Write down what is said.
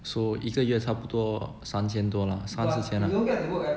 so 一个月差不多三千多啦三四千啊